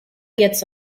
gets